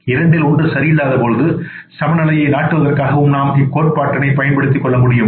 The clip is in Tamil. இரண்டில் ஒன்று சரியில்லாதபோது சம நிலையை நாட்டுவதற்காகவும் நாம் இக்கோட்பாட்டை பயன்படுத்திக்கொள்ள முடியும்